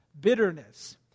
bitterness